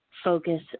focus